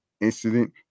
incident